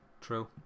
True